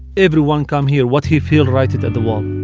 everyone come here, what he feel, write it at the wall.